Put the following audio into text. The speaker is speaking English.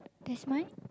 this mic